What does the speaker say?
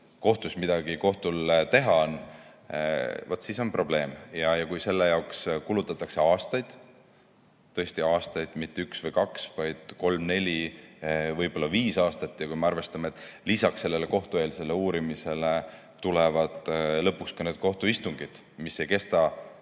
kohtul midagi teha on, vaat siis on probleem. Kui selle jaoks kulutatakse aastaid – tõesti aastaid, mitte üks või kaks, vaid kolm-neli, võib-olla viis aastat – ja kui me arvestame, et lisaks kohtueelsele uurimisele tulevad lõpuks ka kohtuistungid, mis ei kesta